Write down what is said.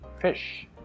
Fish